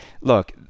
look